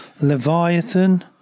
Leviathan